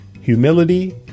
Humility